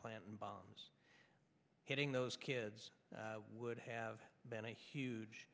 planting bombs hitting those kids would have been a huge